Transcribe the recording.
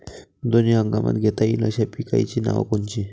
दोनी हंगामात घेता येईन अशा पिकाइची नावं कोनची?